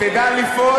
אני מקווה